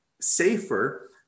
safer